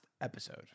episode